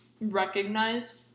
recognize